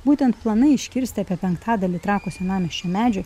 būtent planai iškirsti apie penktadalį trakų senamiesčio medžių